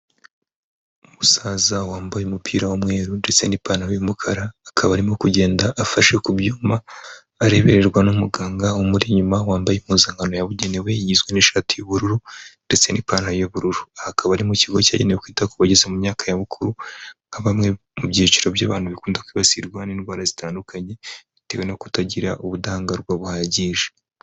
Umusaza wambaye umupira w'umweru ndetse n'ipantaro y'umukara akaba arimo kugenda afashe ku byuma arebererwa n'umuganga umuri inyuma wambaye impuzankano yabugenewe yizwe n'ishati y'ubururu ndetse n'ipantaro y'ubururu akaba ari mu kigo cyagenewe kwita ku bageze mu myaka ya mukuru nka bamwe mu byiciro by'abantu bikunda kwibasirwa n'indwara zitandukanye bitewe no kutagira ubudahangarwa buhagije.